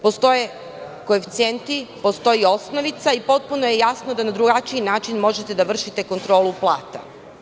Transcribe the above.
Postoje koeficijenti, postoji osnovica i potpuno je jasno da na drugačiji način možete da vršite kontrolu plata.